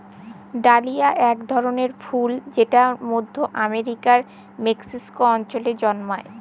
dahlia এক ধরনের ফুল যেটা মধ্য আমেরিকার মেক্সিকো অঞ্চলে জন্মায়